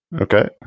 okay